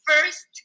first